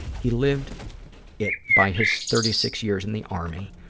he lived it by his thirty six years in the army.